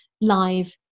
live